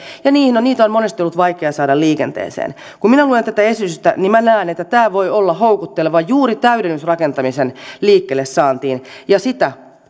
ja niitä on monesti ollut vaikea saada liikenteeseen kun minä luen tätä esitystä niin minä näen että tämä voi olla houkutteleva juuri täydennysrakentamisen liikkeelle saantiin ja sitä